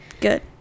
Good